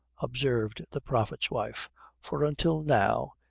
observed the prophet's wife for until now,